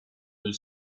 del